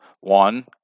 One